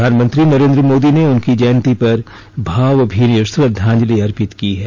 प्रधानमंत्री नरेन्द्र मोदी ने उनकी जयंती पर भावभीनी श्रद्वांजलि अर्पित की है